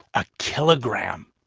a kilogram.